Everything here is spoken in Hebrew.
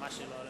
מאל